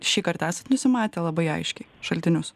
šį kartą esat nusimatę labai aiškiai šaltinius